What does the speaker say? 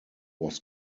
was